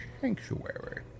Sanctuary